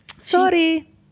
Sorry